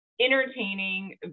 entertaining